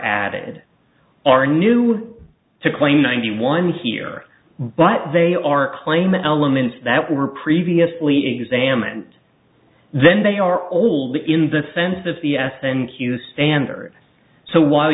added are new to claim ninety one here but they are claiming elements that were previously examined then they are old in the sense of the s and q standard so while